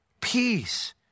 peace